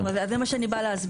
אז זהו, אז זה מה שאני בא להסביר.